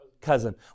Cousin